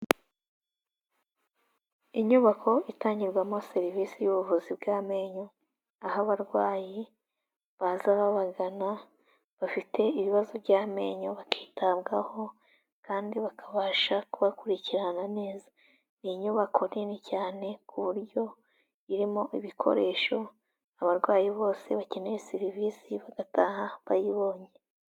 Inyubako itangirwamo serivisi y'ubuvuzi bw'amenyo, aho abarwayi baza babagana, bafite ibibazo by'amenyo, bakitabwaho kandi bakabasha kubakurikirana neza. Ni inyubako nini cyane, ku buryo irimo ibikoresho abarwayi bose bakeneye serivise, bagataha bayibonye.